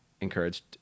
encouraged